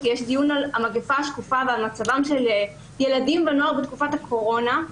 יש דיון על המגפה השקופה ועל מצבם של ילדים ונוער בתקופת הקורונה,